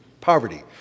poverty